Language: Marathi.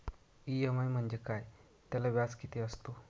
इ.एम.आय म्हणजे काय? त्याला व्याज किती असतो?